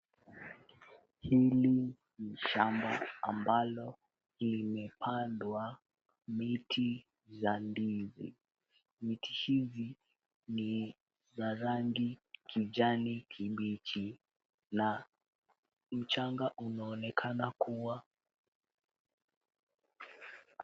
Hili ni shamba ambalo limepndwa miti ya ndizi. Miti hizi ni za rangi ya kijani kibichi na mchanga unaonekana kuwa...